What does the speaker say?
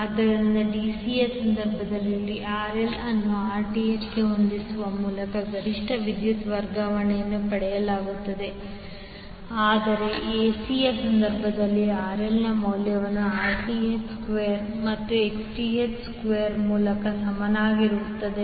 ಆದ್ದರಿಂದ dc ಯ ಸಂದರ್ಭದಲ್ಲಿ RL ಅನ್ನು Rth ಗೆ ಹೊಂದಿಸುವ ಮೂಲಕ ಗರಿಷ್ಠ ವಿದ್ಯುತ್ ವರ್ಗಾವಣೆಯನ್ನು ಪಡೆಯಲಾಗಿದೆ ಆದರೆ AC ಯ ಸಂದರ್ಭದಲ್ಲಿ RL ನ ಮೌಲ್ಯವು Rth ಸ್ಕ್ವೇರ್ ಮತ್ತು Xth ಸ್ಕ್ವೇರ್ನ ಮೂಲಕ್ಕೆ ಸಮಾನವಾಗಿರುತ್ತದೆ